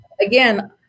again